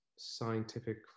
scientific